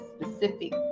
specific